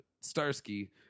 Starsky